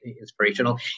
inspirational